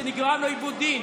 שנגרם לו עיוות דין,